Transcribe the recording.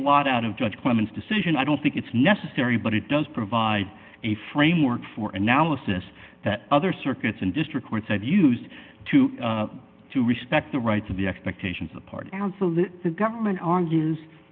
a lot out of judge clement's decision i don't think it's necessary but it does provide a framework for analysis that other circuits and district courts have used to to respect the rights of the expectations apart and so that the government argues